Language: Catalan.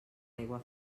aigua